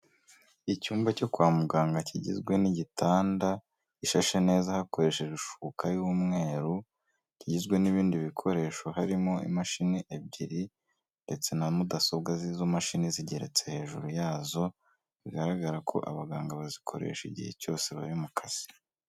Icyumba cyo kwa muganga kigizwe n'igitanda, gishashe neza hakoreshejwe ishuka y'umweru, kigizwe n'ibindi bikoresho harimo imashini ebyiri ndetse na mudasobwa z'izo mashini zigeretse hejuru yazo, bigaragara ko abaganga bazikoresha igihe cyose bari mu kazi.